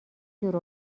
دور